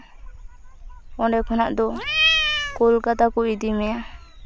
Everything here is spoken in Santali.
ᱚᱸᱰᱮ ᱠᱷᱚᱱᱟᱜ ᱫᱚ ᱠᱳᱞᱠᱟᱛᱟ ᱠᱚ ᱤᱫᱤ ᱢᱮᱭᱟ